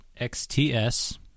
XTS